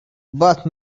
but